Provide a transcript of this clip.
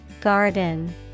Garden